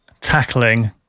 tackling